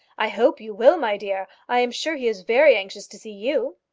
i hope you will, my dear. i am sure he is very anxious to see you.